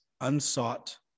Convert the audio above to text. unsought